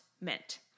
meant